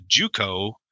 JUCO